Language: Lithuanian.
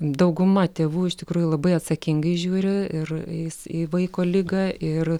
dauguma tėvų iš tikrųjų labai atsakingai žiūri ir eis į vaiko ligą ir